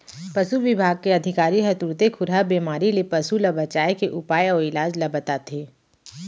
पसु बिभाग के अधिकारी ह तुरते खुरहा बेमारी ले पसु ल बचाए के उपाय अउ इलाज ल बताथें